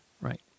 right